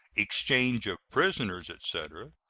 exchange of prisoners, etc.